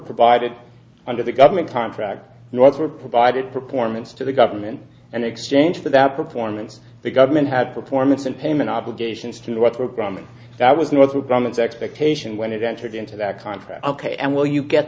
provided under the government contract north were provided performance to the government and exchange for that performance the government had performance and payment obligations to what programming that was northrop grumman expectation when it entered into that contract ok and will you get